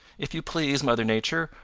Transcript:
if you please, mother nature,